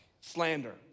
Slander